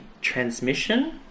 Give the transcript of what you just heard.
transmission